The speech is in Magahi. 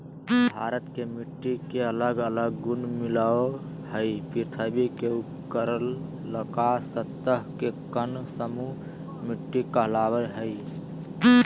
भारत के मिट्टी के अलग अलग गुण मिलअ हई, पृथ्वी के ऊपरलका सतह के कण समूह मिट्टी कहलावअ हई